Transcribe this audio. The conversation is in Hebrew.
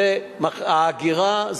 זה ההגירה.